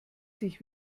sich